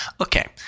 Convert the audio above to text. Okay